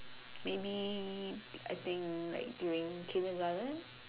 maybe I think like during kindergarten